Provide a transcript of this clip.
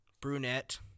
brunette